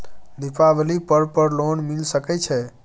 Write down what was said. दीपावली पर्व पर लोन मिल सके छै?